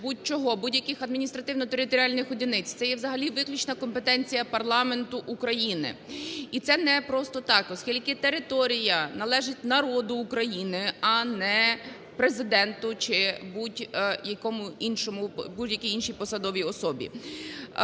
будь-яких адміністративно-територіальних одиниць, це є взагалі виключна компетенція парламенту України, і це не просто так. Оскільки територія належить народу України, а не Президенту чи будь-якій іншій посадовій особі.